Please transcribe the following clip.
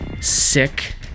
sick